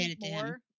more